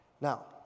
Now